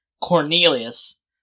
Cornelius